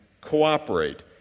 cooperate